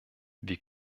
wir